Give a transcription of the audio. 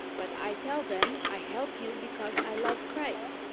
but i tell them, i help you because i love christ,